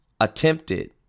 attempted